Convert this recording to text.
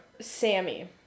Sammy